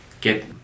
get